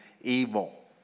evil